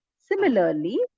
similarly